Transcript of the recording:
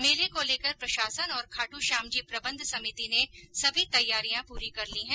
मेले को लेकर प्रशासन और खाट्श्याम जी प्रबंध समिति ने सभी तैयारियां पूरी कर ली है